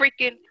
freaking